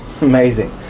Amazing